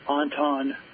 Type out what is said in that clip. Anton